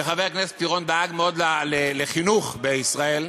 וחבר הכנסת פירון דאג מאוד לחינוך בישראל,